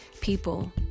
people